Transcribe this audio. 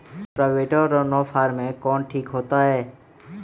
Rotavator और नौ फ़ार में कौन ठीक होतै?